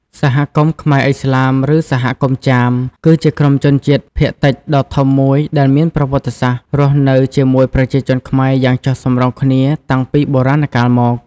សហគមន៍ខ្មែរឥស្លាម ឬសហគមន៍ចាម គឺជាក្រុមជនជាតិភាគតិចដ៏ធំមួយដែលមានប្រវត្តិសាស្ត្ររស់នៅជាមួយប្រជាជនខ្មែរយ៉ាងចុះសម្រុងគ្នាតាំងពីបុរាណកាលមក។